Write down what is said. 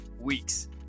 weeks